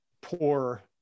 poor